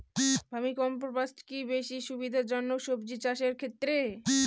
Vermi compost কি বেশী সুবিধা জনক সবজি চাষের ক্ষেত্রে?